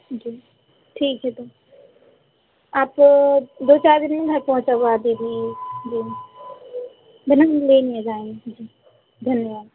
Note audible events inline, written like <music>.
जी ठीक है तो आप दो चार दिन में घर पहुँचवा दीजिए जी <unintelligible> धन्यवाद